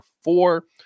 four